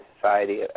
society